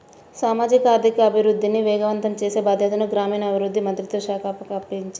సామాజిక ఆర్థిక అభివృద్ధిని వేగవంతం చేసే బాధ్యతను గ్రామీణాభివృద్ధి మంత్రిత్వ శాఖకు అప్పగించారు